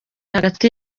hagati